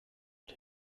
und